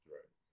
Right